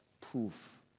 proof